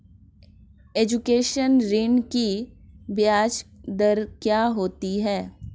Education ऋृण की ब्याज दर क्या होती हैं?